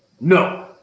No